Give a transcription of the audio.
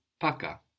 paka